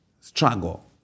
struggle